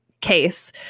case